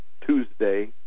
Tuesday